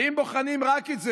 ואם בוחנים רק את זה,